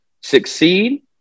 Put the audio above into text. succeed